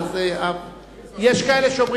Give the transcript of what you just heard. מי נגד?